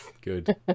Good